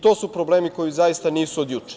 To su problemi koji zaista nisu od juče.